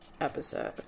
episode